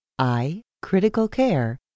iCriticalCare